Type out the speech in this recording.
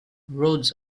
roads